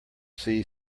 see